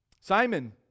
Simon